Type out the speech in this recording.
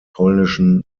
polnischen